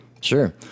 sure